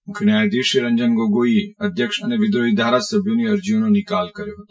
મુખ્ય ન્યાયાધીશ શ્રી રંજન ગોગોઇએ અધ્યક્ષ અને વિદ્રોહી ધારાસભ્યોની અરજીઓનો નિકાલ કર્યો હતો